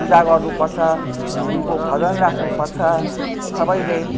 पूजा गर्नुपर्छ उनको भजन राख्नुपर्छ सबैले